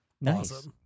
Nice